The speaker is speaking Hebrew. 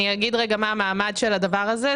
אני אגיד רגע מה המעמד של הדבר הזה.